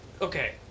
Okay